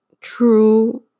true